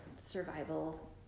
survival